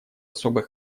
особый